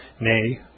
nay